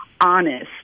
honest